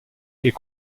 est